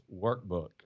workbook